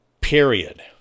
Period